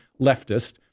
leftist